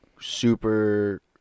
super